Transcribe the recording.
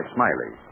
Smiley